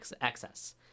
excess